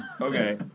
Okay